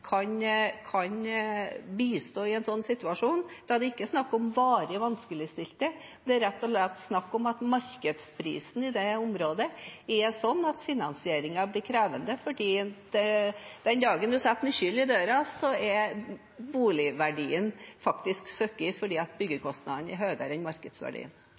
Kan statsråden skissere hvordan kommunene da f.eks. kan bistå i en slik situasjon? Det er ikke snakk om varig vanskeligstilte, det er rett og slett snakk om at markedsprisen i det området er slik at finansieringen blir krevende, for den dagen man setter nøkkelen i døra, er boligverdien faktisk sunket fordi byggekostnaden er høyere enn markedsverdien.